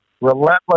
relentless